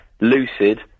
lucid